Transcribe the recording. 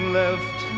left